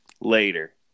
later